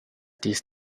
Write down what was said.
this